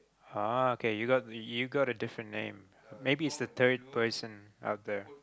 ah okay you got you got a different name maybe it's a third person out there